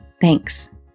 Thanks